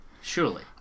surely